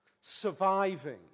Surviving